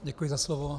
Děkuji za slovo.